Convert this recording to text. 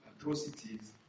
atrocities